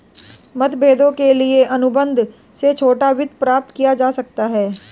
मतभेदों के लिए अनुबंध से छोटा वित्त प्राप्त किया जा सकता है